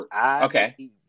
Okay